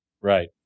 Right